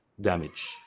damage